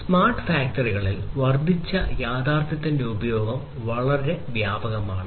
smart ഫാക്ടറികളിൽ augmented reality ഉപയോഗം വളരെ വ്യാപകമാണ്